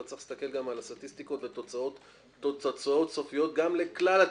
אתה צריך להסתכל גם על הסטטיסטיקות ותוצאות סופיות גם לכלל התיקים.